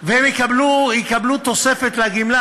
והם יקבלו תוספת לגמלה.